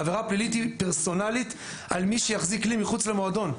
העבירה הפלילית היא פרסונלית על מי שיחזיק לי מחוץ למועדון,